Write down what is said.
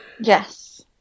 yes